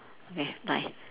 okay bye